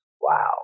wow